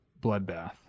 bloodbath